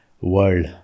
world